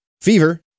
fever